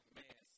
man